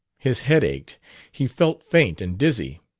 his head ached he felt faint and dizzy.